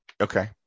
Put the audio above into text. Okay